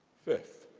fifth,